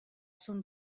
son